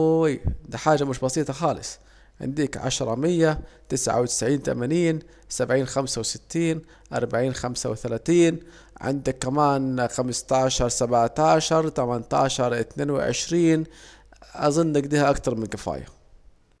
يا بووي دي حاجة مش بسيطة خالص، عنديك عشرة مية تسعة وتسعين تمانين سبعين خمسة وستين أربعين خمسة وتلاتين، عندك كمان خمستاشر سبعتاشر تمانتاشر اتنين وعشرين، أظن اكده اكتبر من كفاية